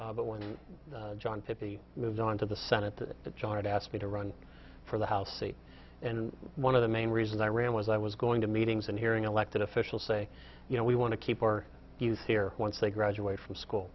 improve but when john pippy moved on to the senate that john had asked me to run for the house seat and one of the main reasons i ran was i was going to meetings and hearing elected officials say you know we want to keep our youth here once they graduate from school